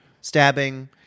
Stabbing